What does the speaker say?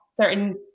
certain